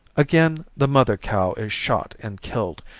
again, the mother cow is shot and killed,